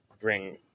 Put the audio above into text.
bring